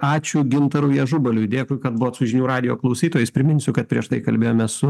ačiū gintarui ažubaliui dėkui kad buvot su žinių radijo klausytojais priminsiu kad prieš tai kalbėjome su